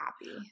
happy